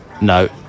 No